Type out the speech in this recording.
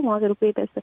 moterų kreipėsi